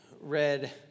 read